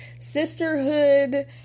sisterhood